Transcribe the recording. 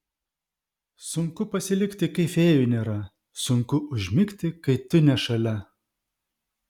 sunku pasilikti kai fėjų nėra sunku užmigti kai tu ne šalia